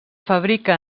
fabrica